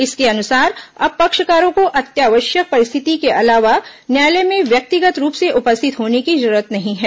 इसके अनुसार अब पक्षकारों को अत्यावश्यक परिस्थिति के अलावा न्यायालय में व्यक्तिगत रूप से उपस्थित होने की जरूरत नहीं है